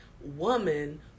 woman